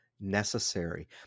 necessary